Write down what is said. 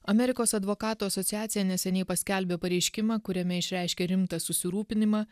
amerikos advokatų asociacija neseniai paskelbė pareiškimą kuriame išreiškė rimtą susirūpinimą